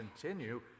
continue